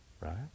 right